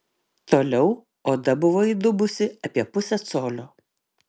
toliau oda buvo įdubusi apie pusę colio